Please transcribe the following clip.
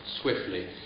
swiftly